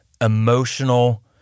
emotional